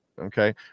okay